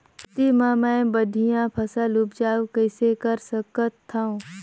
खेती म मै बढ़िया फसल उपजाऊ कइसे कर सकत थव?